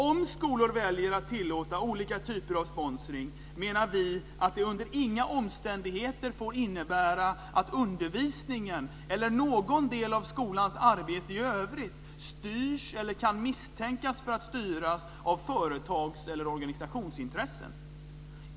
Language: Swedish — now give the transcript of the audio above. Om skolor väljer att tillåta olika typer av sponsring menar vi att det under inga omständigheter får innebära att undervisningen eller någon del av skolans arbete i övrigt styrs eller kan misstänkas för att styras av företags eller organisationsintressen.